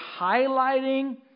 highlighting